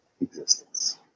existence